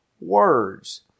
words